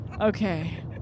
Okay